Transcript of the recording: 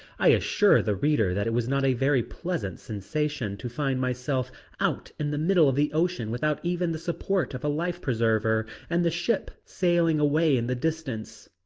i assure the reader that it was not a very pleasant sensation to find myself out in the middle of the ocean without even the support of a life preserver and the ship sailing away in the distance.